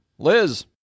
Liz